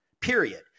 Period